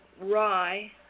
rye